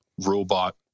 robot